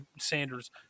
Sanders